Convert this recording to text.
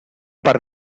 par